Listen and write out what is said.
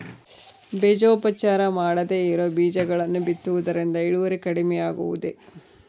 ಬೇಜೋಪಚಾರ ಮಾಡದೇ ಇರೋ ಬೇಜಗಳನ್ನು ಬಿತ್ತುವುದರಿಂದ ಇಳುವರಿ ಕಡಿಮೆ ಆಗುವುದೇ?